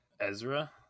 Ezra